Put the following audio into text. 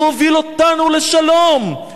הוא הוביל אותנו לשלום,